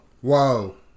whoa